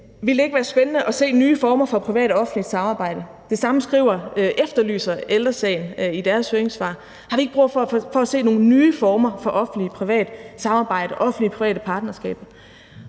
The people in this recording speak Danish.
ikke det ville være spændende at se nye former for offentligt-privat samarbejde. Det samme efterlyser Ældre Sagen i deres høringssvar, altså om ikke vi har brug for at se nogle nye former for offentligt-privat samarbejde, offentlige-private partnerskaber.